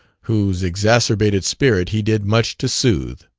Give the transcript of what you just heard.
whose exacerbated spirit he did much to soothe.